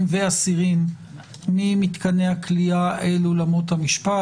ואסירים ממתקני הכליאה אל אולמות המשפט.